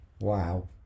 Wow